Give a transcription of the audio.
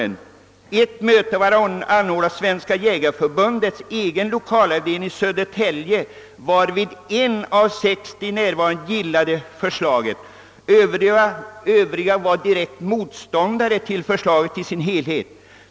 Ett av dessa möten var anordnat av Svenska Jägareförbundets egen lokalavdelning i Södertälje, varvid en av 60 närvarande gillade förslaget. Övriga var direkta motståndare till förslaget i sin helhet.